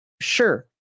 sure